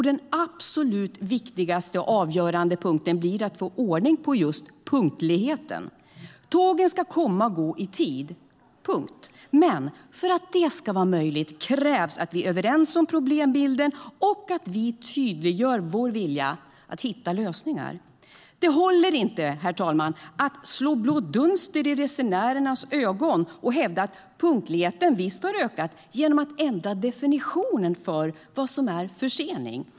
Den absolut viktigaste och avgörande punkten blir att få ordning på just punktligheten. Tågen ska komma och gå i tid, punkt. Men för att det ska vara möjligt krävs att vi är överens om problembilden och att vi tydliggör vår vilja att hitta lösningar. Det håller inte att slå blå dunster i resenärernas ögon och hävda att punktligheten visst har ökat genom att ändra definitionen för vad som är försening.